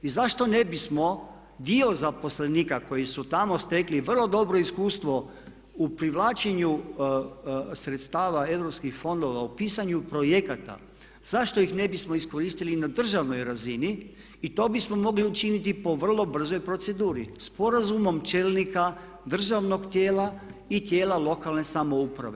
I zašto ne bismo dio zaposlenika koji su tamo stekli vrlo dobro iskustvo u privlačenju sredstava europskih fondova u pisanju projekata, zašto ih ne bismo iskoristili i na državnoj razini i to bismo mogli učiniti i po vrlo brzoj proceduri, sporazumom čelnika državnog tijela i tijela lokalne samouprave.